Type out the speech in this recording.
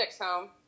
home